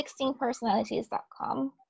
16personalities.com